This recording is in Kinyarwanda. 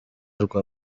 rwa